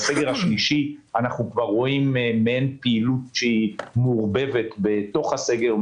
אולם בסגר השלישי אנחנו רואים פעילות מעורבבת בתוך הסגר,